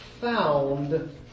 found